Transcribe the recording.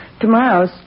Tomorrow's